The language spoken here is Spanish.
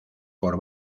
por